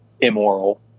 immoral